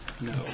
No